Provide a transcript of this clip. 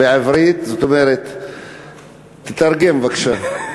ובעברית, תתרגם בבקשה.